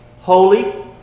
holy